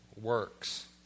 works